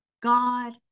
God